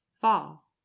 Fall